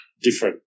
different